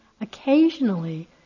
occasionally